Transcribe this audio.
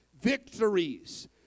victories